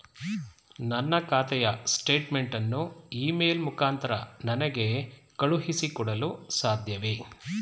ನನ್ನ ಖಾತೆಯ ಸ್ಟೇಟ್ಮೆಂಟ್ ಅನ್ನು ಇ ಮೇಲ್ ಮುಖಾಂತರ ನನಗೆ ಕಳುಹಿಸಿ ಕೊಡಲು ಸಾಧ್ಯವೇ?